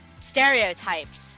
stereotypes